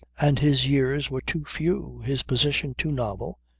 and his years were too few, his position too novel,